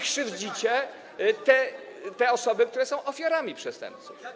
Krzywdzicie te osoby, które są ofiarami przestępców.